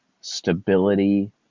stability